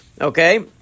Okay